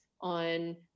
on